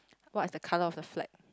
what is the colour of the flag